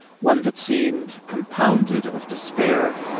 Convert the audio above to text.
one that seemed compounded of despair,